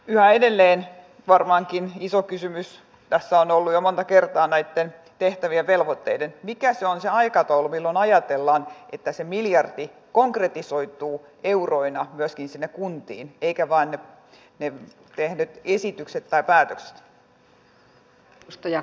yhä edelleen varmaankin iso kysymys tässä on ollut jo monta kertaa näitten tehtävien velvoitteiden osalta se mikä on se aikataulu milloin ajatellaan että se miljardi konkretisoituu euroina myöskin sinne kuntiin eivätkä vain ne tehdyt esitykset tai päätökset